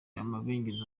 amabengeza